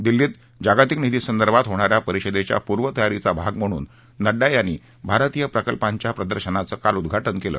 दिल्लीत जागतिक निधी संदर्भात होणाऱ्या परिषदेच्या पूर्वतयारीचा भाग म्हणून नङ्डा यांनी भारतीय प्रकल्पांच्या प्रदर्शनाचं काल उद्दाटन केलं